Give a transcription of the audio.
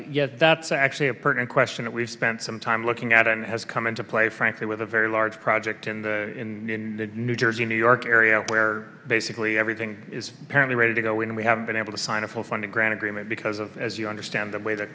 yes that's actually a pertinent question that we've spent some time looking at and has come into play frankly with a very large project in the in new jersey new york area where basically everything is apparently ready to go and we have been able to sign a full funding grant agreement because of as you understand the way the